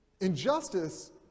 Injustice